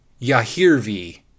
Yahirvi